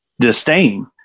disdain